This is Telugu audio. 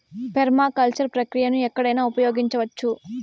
పెర్మాకల్చర్ ప్రక్రియను ఎక్కడైనా ఉపయోగించవచ్చు